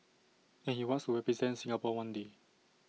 and he wants to represent Singapore one day